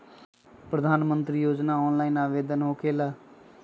प्रधानमंत्री योजना ऑनलाइन आवेदन होकेला?